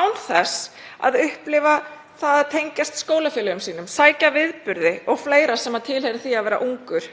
án þess að upplifa það að tengjast skólafélögum sínum, sækja viðburði og fleira sem tilheyrir því að vera ungur